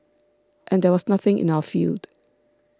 and there was nothing in our field